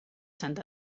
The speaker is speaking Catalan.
sant